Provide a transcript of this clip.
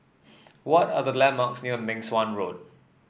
what are the landmarks near Meng Suan Road